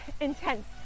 intense